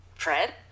Fred